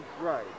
Right